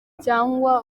cyangwa